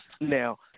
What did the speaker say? Now